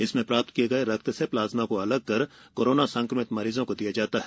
इसमें प्राप्त किए गए रक्त से प्लाज्मा को अलग कर कोरोना संक्रमित मरीजों को दिया जाता है